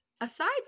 aside